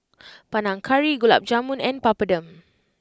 Panang Curry Gulab Jamun and Papadum